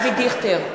אבי דיכטר,